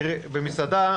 תראי, במסעדה,